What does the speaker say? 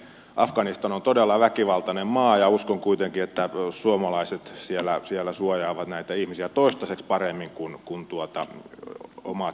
afganistan on todella väkivaltainen maa ja uskon kuitenkin että suomalaiset siellä suojaavat näitä ihmisiä toistaiseksi paremmin kuin omat sikäläiset sotilaat